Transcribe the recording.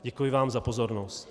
Děkuji vám za pozornost.